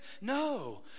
No